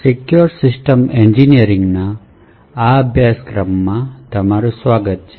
secure system એન્જિનિયરિંગના અભ્યાસક્રમમાં સ્વાગત છે